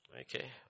Okay